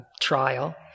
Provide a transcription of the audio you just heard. trial